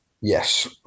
Yes